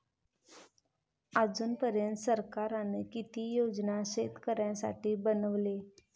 अजून पर्यंत सरकारान किती योजना शेतकऱ्यांसाठी बनवले?